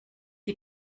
die